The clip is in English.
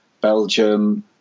Belgium